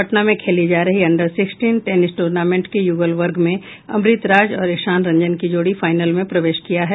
पटना में खेली जा रही अंडर सिक्सटीन टेनिस टूर्नामेंट के युगल वर्ग में अमृत राज और ईशान रंजन की जोड़ी फाइनल में प्रवेश किया है